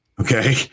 okay